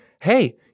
hey